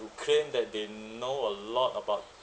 who claim that they know a lot about